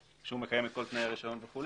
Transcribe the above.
שהוא מקיים את כל תנאי הרישיון וכולי,